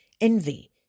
envy